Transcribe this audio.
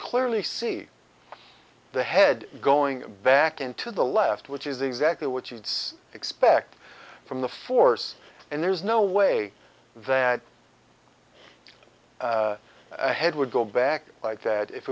clearly see the head going back into the left which is exactly what you'd see expect from the force and there's no way that the head would go back like that if